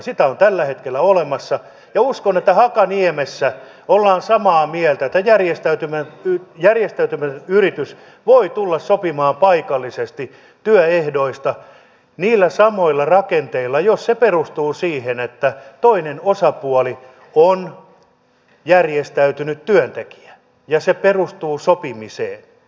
sitä on tällä hetkellä olemassa ja uskon että hakaniemessä ollaan samaa mieltä että järjestäytynyt yritys voi tulla sopimaan paikallisesti työehdoista niillä samoilla rakenteilla jos se perustuu siihen että toinen osapuoli on järjestäytynyt työntekijä ja se perustuu sopimiseen